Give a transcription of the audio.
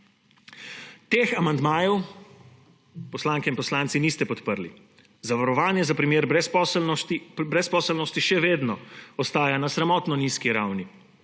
Teh amandmajev poslanke in poslanci niste podprli, zavarovanje za primer brezposelnosti še vedno ostaja na sramotno nizki ravni,